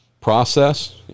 process